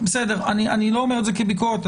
אני לא אומר את זה כביקורת,